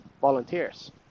volunteers